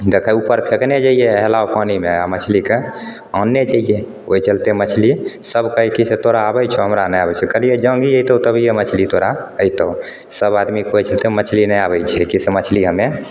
देखे ऊपर फेकने जइए पानिमे आ मछलीके आनने जइए ओहि चलते मछली सब कहै कि जे तोरा आबय छौ हमरा नहि आबैत छै कहलिए जे जाँघी अइतौ तभिए मछली तोरा अयतौ सब आदमीके होइ छिकै जे अब मछली नहि आबैत छै से मछली हमे